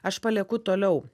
aš palieku toliau